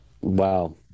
Wow